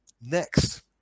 next